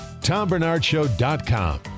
TomBernardShow.com